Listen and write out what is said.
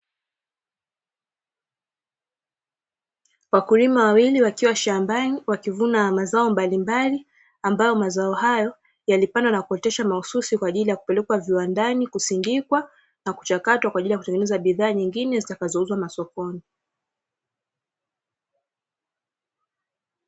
Wakulima wawili wakiwa shambani wakivuna mazao mbalimbali, ambayo mazao hayo yalipandwa na kuoteshwa mahususi, kwa ajili ya kupelekwa viwandani kusindikwa na kuchakatwa kwa ajili ya kutengeneza bidhaa nyingine zitakazouzwa masokoni.